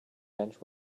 bench